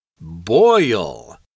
Boil